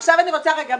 אבל אני רוצה רגע,